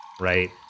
right